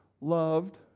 loved